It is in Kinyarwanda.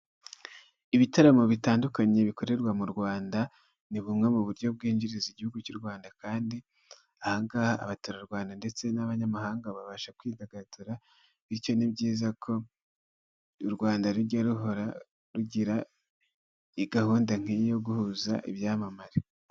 Ibitaramo bitandukanye bikorerwa mu Rwanda ni bumwe mu buryo bwinjiriza igihugu cy'u Rwanda, kandi aha ngaha abaturarwanda ndetse n'abanyamahanga babasha kwidagadura, bityo ni byiza ko u Rwanda rujya ruhora rugira gahunda nk'iyi yo guhuza ibyamamare.